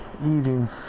eating